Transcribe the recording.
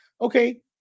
Okay